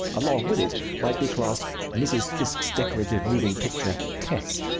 along with it might be classed mrs. fiske's decorative moving picture tess,